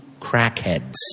crackheads